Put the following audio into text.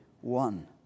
one